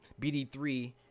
BD3